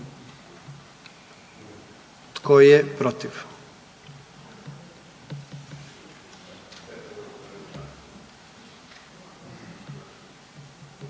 tko je protiv?